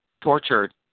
tortured